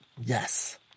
Yes